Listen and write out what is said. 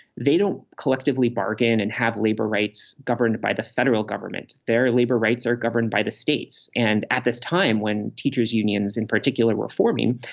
they don't collectively bargain and have labor rights governed by the federal government. their labor rights are governed by the states. and at this time, when teachers unions in particular were forming,